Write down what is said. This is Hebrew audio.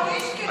את אהרונישקי,